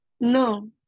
No